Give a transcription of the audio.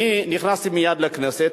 אני נכנסתי מייד לכנסת,